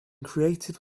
created